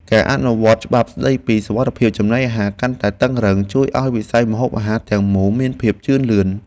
ការអនុវត្តច្បាប់ស្តីពីសុវត្ថិភាពចំណីអាហារកាន់តែតឹងរ៉ឹង ជួយឱ្យវិស័យម្ហូបអាហារទាំងមូលមានភាពជឿនលឿន។